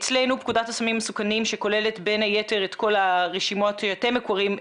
אצלנו פקודת הסמים המסוכנים שכוללת בין היתר את כל הרשימות שאתם מכירים,